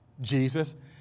Jesus